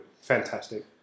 fantastic